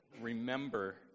remember